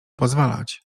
pozwalać